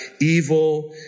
evil